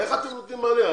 איך אתם נותנים מענה?